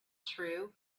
true